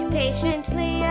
patiently